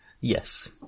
Yes